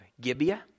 Gibeah